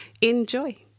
enjoy